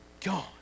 gone